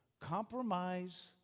Compromise